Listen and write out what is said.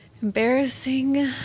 Embarrassing